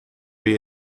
wie